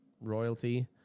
royalty